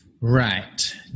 Right